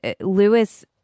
Lewis